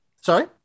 sorry